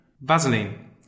Vaseline